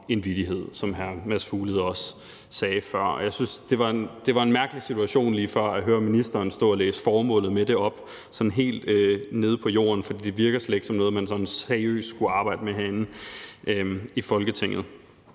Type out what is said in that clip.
en vittighed, som hr. Mads Fuglede også sagde før. Jeg synes, det var en mærkelig situation lige før at høre ministeren stå og læse formålet med det op sådan helt nede på jorden, for det virker slet ikke som noget, man sådan seriøst skulle arbejde med herinde i Folketinget.